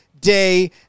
Day